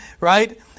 right